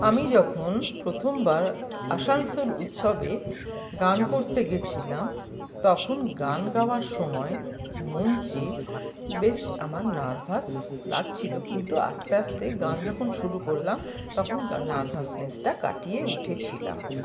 আমি যখন প্রথমবার আসানসোল উৎসবে গান করতে গেছিলাম তখন গান গাওয়ার সময় মঞ্চে বেশ আমার নার্ভাস লাগছিল কিন্তু আস্তে আস্তে গান যখন শুরু করলাম তখন নার্ভাসনেসটা কাটিয়ে উঠেছিলাম